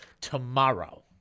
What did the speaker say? Tomorrow